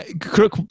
Crook